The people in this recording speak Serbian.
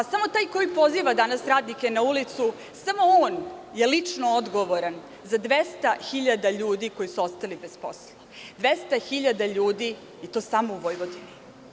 Samo taj koji poziva danas radnike na ulicu, samo on je lično odgovoran za 200.000 ljudi koji su ostali bez posla, 200.000 ljudi i to samo u Vojvodini.